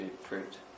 fruit